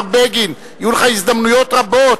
השר בגין, יהיו לך הזדמנויות רבות.